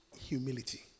humility